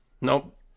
Nope